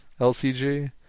LCG